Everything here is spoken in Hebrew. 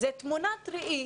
זו תמונת ראי